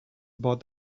about